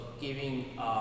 giving